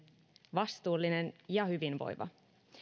vastuullinen ja hyvinvoiva